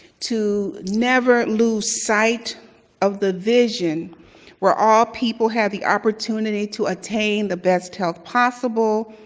to never lose sight of the vision where all people have the opportunity to attain the best health possible,